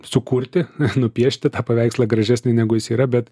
sukurti nupiešti tą paveikslą gražesnį negu jis yra bet